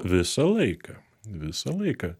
visą laiką visą laiką